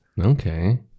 Okay